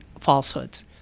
falsehoods